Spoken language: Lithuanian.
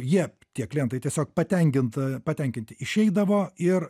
jie tie klientai tiesiog patenkinta patenkinti išeidavo ir